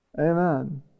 Amen